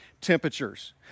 temperatures